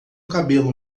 cabelo